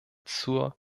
zur